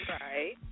Right